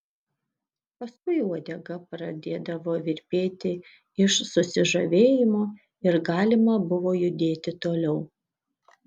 paskui uodega pradėdavo virpėti iš susižavėjimo ir galima buvo judėti toliau